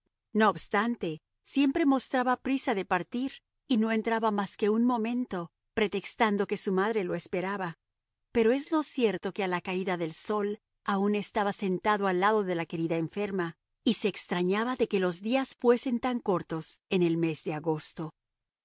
no obstante siempre mostraba prisa de partir y no entraba más que un momento pretextando que su madre lo esperaba pero es lo cierto que a la caída del sol aun estaba sentado al lado de la querida enferma y se extrañaba de que los días fuesen tan cortos en el mes de agosto